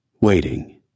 waiting